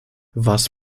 was